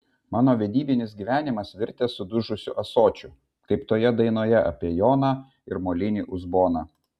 mano vedybinis gyvenimas virtęs sudužusiu ąsočiu kaip toje dainoje apie joną ir molinį uzboną